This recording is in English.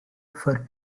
for